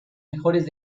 mejores